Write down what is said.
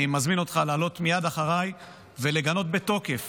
אני מזמין אותך לעלות מיד אחריי ולגנות בתוקף